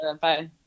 Bye